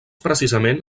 precisament